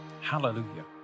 Hallelujah